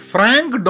Frank